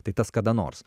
tai tas kada nors